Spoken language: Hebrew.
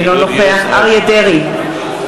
אינו נוכח אריה דרעי,